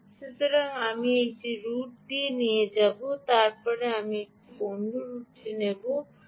সুতরাং আমি এটি রুট এটিকে নিয়ে যাব তারপরে আমি অন্য একটি রুটে নেব বি